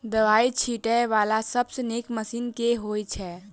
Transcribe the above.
दवाई छीटै वला सबसँ नीक मशीन केँ होइ छै?